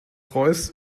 royce